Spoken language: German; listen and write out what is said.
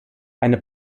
eine